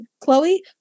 Chloe